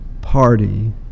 party